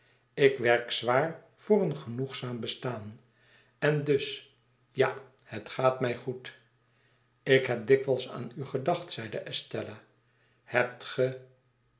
ik werk zwaar voor een genoegzaam bestaan en dus ja het gaat mij goed ik heb dikwijls aan u gedacht zeide estella hebtge